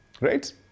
Right